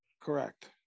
Correct